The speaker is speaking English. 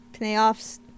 playoffs